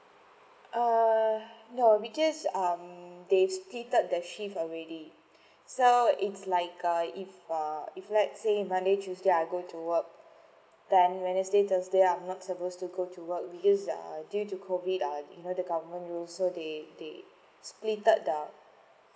uh no which is um they stated that shift already so it's like a if uh if let's say if monday tuesday I go to work then wednesday thursday I'm not supposed to go to work because uh due to COVID ah you know the government rules so they they splitted up